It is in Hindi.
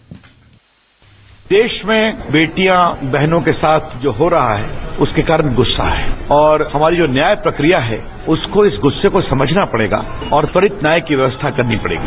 बाइट देश में बेटियां बहनों के साथ जो हो रहा है उसके कारण गुस्सा है और जो हमारी जो न्याय प्रक्रिया है उसको इस गुस्से को समझना पड़ेगा और त्वरित न्याय की व्यवस्था करनी पड़ेगी